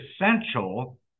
essential